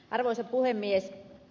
arvoisa puhemies